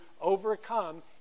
overcome